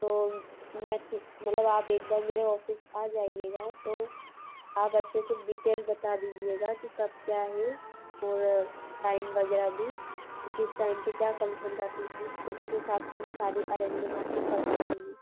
तो मैं अच्छे मतलब आप एक बार मेरे ऑफिस आ जाइएगा तो आप अच्छे से डिटेल बता दीजिएगा कि कब क्या है और टाइम वगैरह भी किस टाइम पर क्या फंक्शन रखना है तो उस हिसाब से मैं सारी अरेंजमेंट आपकी करवा दूंगी